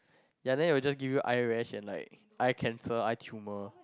ya then it will just give you eye rash and like eye cancer eye tumor